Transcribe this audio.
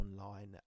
online